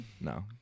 no